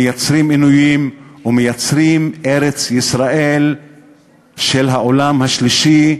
מייצרים עינויים ומייצרים ארץ-ישראל של העולם השלישי,